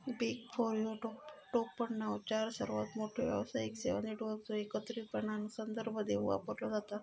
big four ह्यो टोपणनाव चार सर्वात मोठ्यो व्यावसायिक सेवा नेटवर्कचो एकत्रितपणान संदर्भ देवूक वापरलो जाता